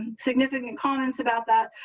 and significant comments about that.